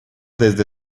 desde